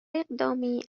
اقدامی